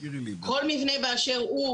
כל מבנה באשר הוא,